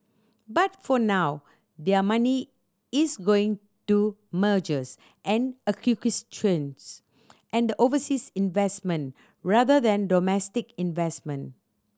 but for now their money is going to mergers and and overseas investment rather than domestic investment